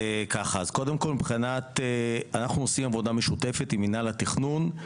אנחנו עושים עבודה משותפת עם מינהל התכנון.